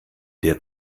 der